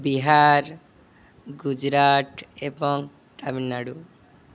ବିହାର ଗୁଜୁରାଟ ଏବଂ ତାମିଲନାଡ଼ୁ